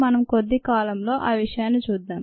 మనం కొద్ది కాలంలో ఆ విషయాన్ని చూద్దాం